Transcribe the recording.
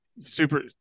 super